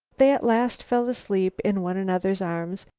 they at last fell asleep in one another's arms,